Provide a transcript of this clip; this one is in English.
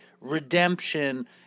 redemption